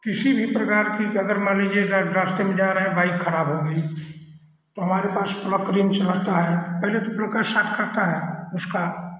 किसी भी प्रकार की अगर मान लीजिएगा रास्ते में जा रहे हैं बाइक खराब हो गई तो हमारे पास प्लक रिंच रहता है पहले तो प्लकै शॉट करता है उसका